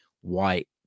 White